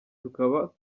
tukaba